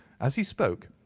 as he spoke,